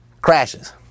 crashes